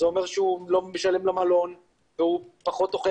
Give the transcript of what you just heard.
זה אומר שהוא לא משלם למלון והוא פחות אוכל